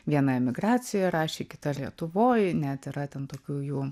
viena emigracijoj rašė kita lietuvoj net yra ten tokių jų